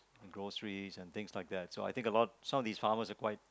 groceries and things like that so I think about some of these farmers are quite